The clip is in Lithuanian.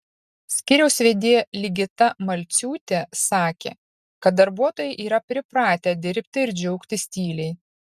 skyriaus vedėja ligita malciūtė sakė kad darbuotojai yra pripratę dirbti ir džiaugtis tyliai